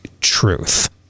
truth